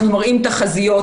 אנחנו מראים תחזיות,